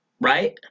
right